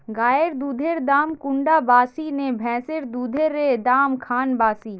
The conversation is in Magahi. गायेर दुधेर दाम कुंडा बासी ने भैंसेर दुधेर र दाम खान बासी?